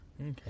Okay